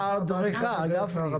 אנחנו מאריכים את אותה תקנה בנוגע להפרדה